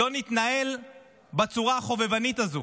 לא נתנהל בצורה החובבנית הזו.